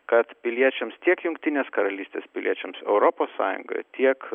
kad piliečiams tiek jungtinės karalystės piliečiams europos sąjungoje tiek